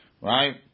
Right